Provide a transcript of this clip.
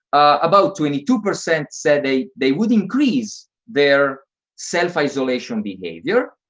about twenty two percent said they they would increase their self-isolation behavior.